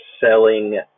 selling